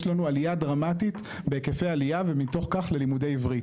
יש לנו עלייה דרמטית בהיקפי העלייה ומתוך כך ללימודי עברית.